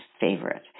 favorite